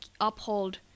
uphold